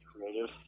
creative